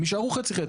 הם יישארו חצי חצי.